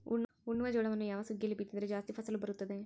ಉಣ್ಣುವ ಜೋಳವನ್ನು ಯಾವ ಸುಗ್ಗಿಯಲ್ಲಿ ಬಿತ್ತಿದರೆ ಜಾಸ್ತಿ ಫಸಲು ಬರುತ್ತದೆ?